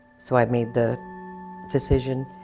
so i made the decision